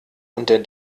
unter